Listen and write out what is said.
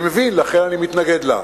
אני מבין, לכן אני מתנגד לה.